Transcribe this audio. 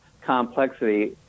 complexity